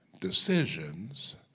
decisions